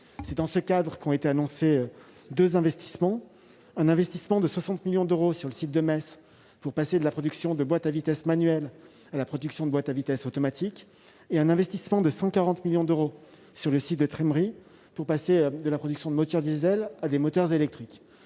C'est dans ce cadre qu'ont été annoncés deux investissements : un investissement de 60 millions d'euros sur le site de Metz, pour passer de la production de boîtes de vitesses manuelles à la production de boîtes de vitesses automatiques, et un investissement de 140 millions d'euros sur le site de Trémery, pour passer de la production de moteurs diesel à des moteurs électriques.